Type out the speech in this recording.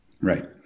Right